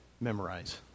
memorize